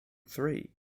three